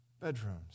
bedrooms